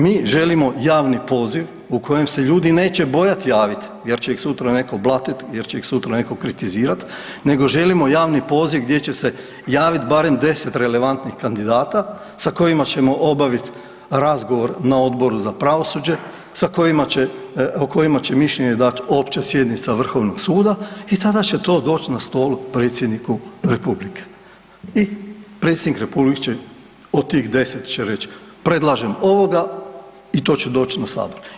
Mi želimo javni poziv u kojem se ljudi neće bojati javiti jer će ih sutra netko blatiti, jer će ih sutra netko kritizirati nego želimo javni poziv gdje će se javiti barem 10 relevantnih kandidata sa kojima ćemo obaviti razgovor na Odboru za pravosuđe, sa kojima će, o kojima će mišljenje dati Opća sjednica Vrhovnog suda i tada će to doći na stol predsjedniku republike i predsjednik republike će od tih 10 će reći, predlažem ovoga i to će doći na Sabor.